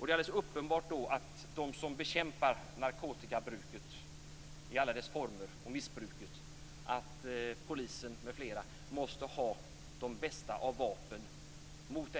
De - polisen m.fl. - som bekämpar narkotikabruk i alla dess former måste ha de bästa av vapen mot